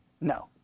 No